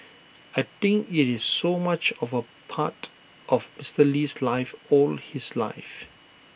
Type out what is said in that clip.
I think IT is so much of A part of Mister Lee's life all his life